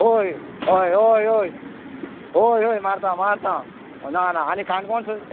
होय हय होय होय होय मारता मारता ना ना आनी कोणकोणसून